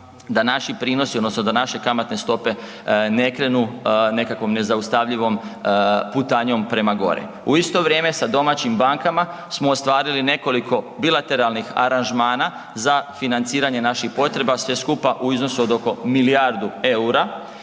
da naše kamatne stope ne krenu nekakvom nezaustavljivom putanjom prema gore. U isto vrijeme sa domaćim bankama smo ostvarili nekoliko bilateralnih aranžmana za financiranje naših potreba. Sve skupa u iznosu od oko milijardu EUR-a.